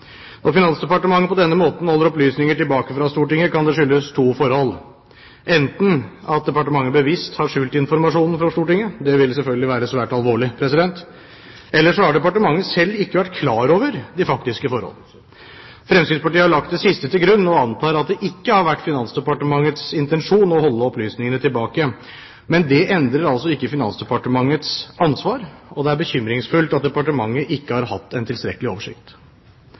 Når Finansdepartementet på denne måten holder opplysninger tilbake for Stortinget, kan det skyldes to forhold, enten at departementet bevisst har skjult informasjonen for Stortinget – det ville selvfølgelig være svært alvorlig – eller at departementet selv ikke har vært klar over de faktiske forhold. Fremskrittspartiet har lagt det siste til grunn og antar at det ikke har vært Finansdepartementets intensjon å holde opplysningene tilbake. Men det endrer ikke Finansdepartementets ansvar. Det er bekymringsfullt at departementet ikke har hatt tilstrekkelig oversikt.